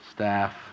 staff